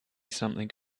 something